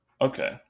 Okay